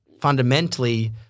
fundamentally